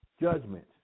judgment